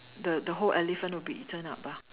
the the whole elephant would be eaten up ah